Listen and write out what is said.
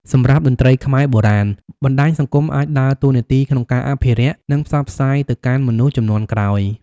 សម្រាប់តន្ត្រីខ្មែរបុរាណ បណ្ដាញសង្គមអាចដើរតួនាទីក្នុងការអភិរក្ស និងផ្សព្វផ្សាយទៅកាន់មនុស្សជំនាន់ក្រោយ។